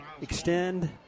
Extend